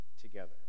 together